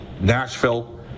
Nashville